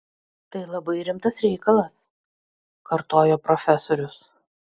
tai labai rimtas reikalas kartojo profesorius